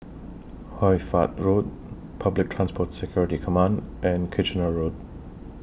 Hoy Fatt Road Public Transport Security Command and Kitchener Road